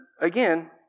again